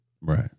Right